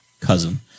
cousin